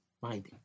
finding